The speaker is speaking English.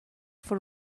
for